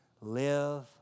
live